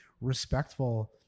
respectful